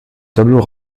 tableau